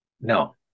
No